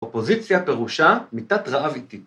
‫אופוזיציה פירושה מיתת רעב איטית.